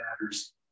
matters